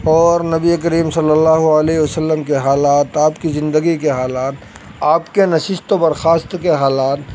اور نبی کریم صلی اللہ علیہ و سلم کے حالات آپ کی زندگی کے حالات آپ کے نشست و برخاست کے حالات